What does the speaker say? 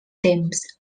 temps